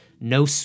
No